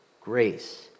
grace